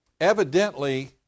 Evidently